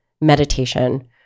meditation